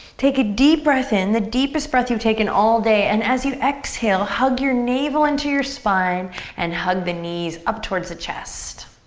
take a deep breath in. the deepest breath you've taken all day and as you exhale, hug your navel into your spine and hug the knees up towards the chest.